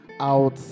out